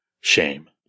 shame